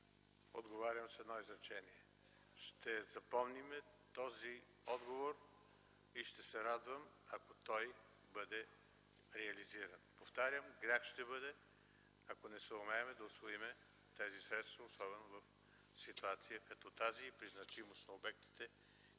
Отговарям с едно изречение – ще запомним този отговор и ще се радвам, ако той бъде реализиран. Повтарям, грях ще бъде, ако не съумеем да усвоим тези средства, особено в ситуация като тази и при значимост на обектите